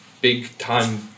big-time